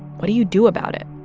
what do you do about it?